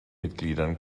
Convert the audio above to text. mitgliedern